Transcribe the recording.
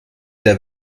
der